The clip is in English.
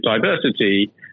diversity